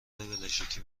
بلژیکی